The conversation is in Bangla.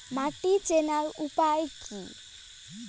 মাটি চেনার উপায় কি?